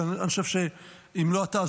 ואני חושב שאם לא אתה,